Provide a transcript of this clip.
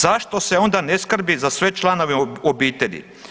Zašto se onda ne skrbi za sve članove obitelji?